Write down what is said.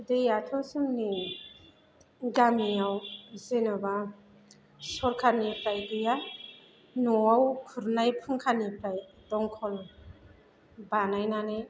दैआथ' जोंनि गामिआव जेन'बा सरकारनिफ्राय गैया न'वाव खुरनाय फुंखानिफ्राय दमखल बानायनानै